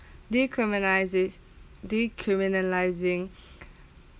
decriminisi~ decriminalising